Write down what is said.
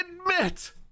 admit